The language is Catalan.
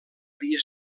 havia